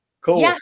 cool